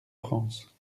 france